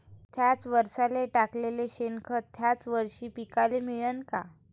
थ्याच वरसाले टाकलेलं शेनखत थ्याच वरशी पिकाले मिळन का?